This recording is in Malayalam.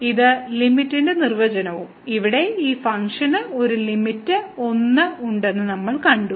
ഇത് ലിമിറ്റിന്റെ നിർവചനവും ഇവിടെ ഈ ഫംഗ്ഷന് ഒരു ലിമിറ്റ് l ഉണ്ടെന്ന് നമ്മൾ കണ്ടു